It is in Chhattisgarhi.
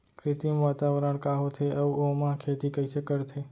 कृत्रिम वातावरण का होथे, अऊ ओमा खेती कइसे करथे?